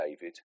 David